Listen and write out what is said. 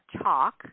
chalk